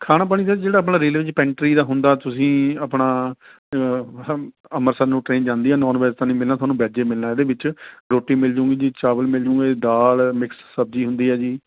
ਖਾਣਾ ਪਾਣੀ ਤਾਂ ਜਿਹੜਾ ਆਪਣਾ ਰੇਲਵੇ 'ਚ ਪੇੈਂਟਰੀ ਦਾ ਹੁੰਦਾ ਤੁਸੀਂ ਆਪਣਾ ਅੰਮ੍ਰਿਤਸਰ ਨੂੰ ਟ੍ਰੇਨ ਜਾਂਦੀ ਹੈ ਨੋਨ ਵੈੱਜ ਤਾਂ ਨਹੀਂ ਮਿਲਣਾ ਤੁਹਾਨੂੰ ਵੈੱਜ ਹੀ ਮਿਲਣਾ ਇਹਦੇ ਵਿੱਚ ਰੋਟੀ ਮਿਲ ਜਾਊਗੀ ਜੀ ਚਾਵਲ ਮਿਲ ਜਾਊਗੇ ਦਾਲ ਮਿਕਸ ਸਬਜ਼ੀ ਹੁੰਦੀ ਹੈ ਜੀ